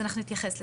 אנחנו נתייחס לזה.